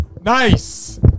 Nice